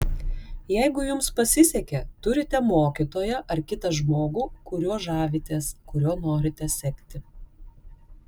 jeigu jums pasisekė turite mokytoją ar kitą žmogų kuriuo žavitės kuriuo norite sekti